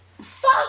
fuck